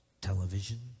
television